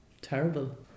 terrible